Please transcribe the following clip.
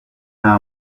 hose